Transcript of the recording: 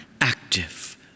active